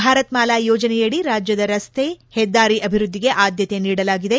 ಭಾರತ್ಮಾಲಾ ಯೋಜನೆಯಡಿ ರಾಜ್ಯದ ರಸ್ತೆ ಹೆದ್ದಾರಿ ಅಭಿವೃದ್ದಿಗೆ ಆದ್ಯಕೆ ನೀಡಲಾಗಿದೆ